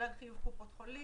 כולל חיוב קופות חולים,